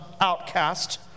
Outcast